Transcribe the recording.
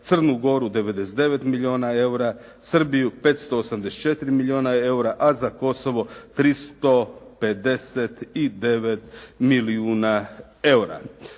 Crnu Goru 99 milijuna eura, Srbiju 584 milijuna eura, a za Kosovo 359 milijuna eura.